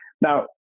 Now